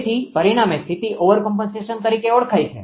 તેથી પરિણામે સ્થિતિ ઓવરકોમ્પનસેશન તરીકે ઓળખાય છે